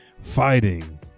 fighting